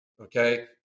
okay